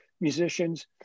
musicians